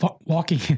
walking